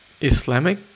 Islamic